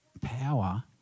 power